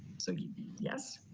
so yes.